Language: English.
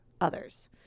others